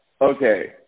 okay